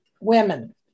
women